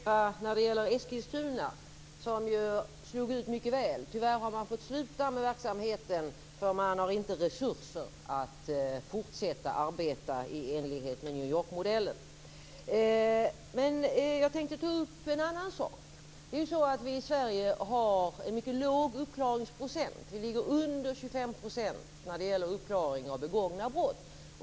Fru talman! Först vill jag kommentera försöket i Eskilstuna. Det slog ut mycket väl. Tyvärr har man fått sluta med verksamheten, eftersom man inte har resurser att fortsätta arbeta i enlighet med New Yorkmodellen. Jag tänkte ta upp en annan sak. Vi har i Sverige en mycket låg uppklaringsprocent. Vi ligger under 25 % för uppklaring av begångna brott.